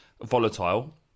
volatile